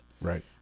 Right